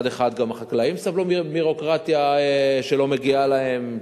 מצד אחד גם החקלאים סבלו מביורוקרטיה שלא מגיעה להם,